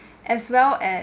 as well as